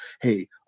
Hey